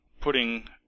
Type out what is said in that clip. putting